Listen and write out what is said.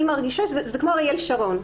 זה כמו אריאל שרון.